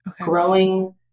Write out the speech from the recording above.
growing